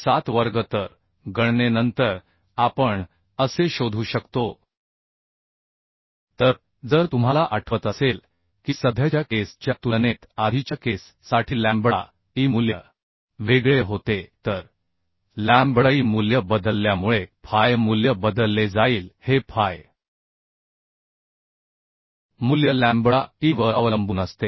1407 वर्ग तर गणनेनंतर आपण असे शोधू शकतो तर जर तुम्हाला आठवत असेल की सध्याच्या केस च्या तुलनेत आधीच्या केस साठी लॅम्बडा ई मूल्य वेगळे होते तर लॅम्बडा ई मूल्य बदलल्यामुळे फाय मूल्य बदलले जाईल हे फाय मूल्य लॅम्बडा ई वर अवलंबून असते